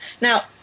Now